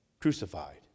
crucified